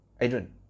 Adrian